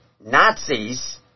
Nazis